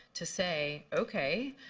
to say okay,